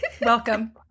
welcome